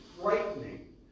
frightening